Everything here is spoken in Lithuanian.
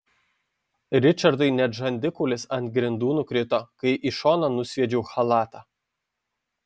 ričardui net žandikaulis ant grindų nukrito kai į šoną nusviedžiau chalatą